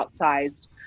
outsized